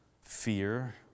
fear